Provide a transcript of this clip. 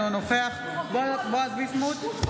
אינו נוכח בועז ביסמוט,